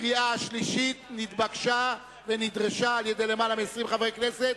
הקריאה השלישית, יותר מ-20 חברי כנסת